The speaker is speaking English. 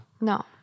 No